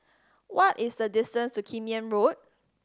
what is the distance to Kim Yam Road